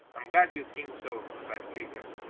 i'm glad you think so, replied creaker.